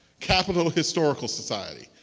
capital historical society,